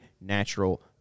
natural